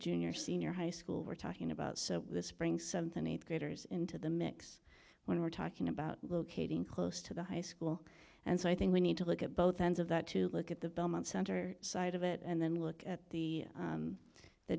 junior senior high school we're talking about so this bring something eighth graders into the mix when we're talking about locating close to the high school and so i think we need to look at both ends of that to look at the belmont center side of it and then look at the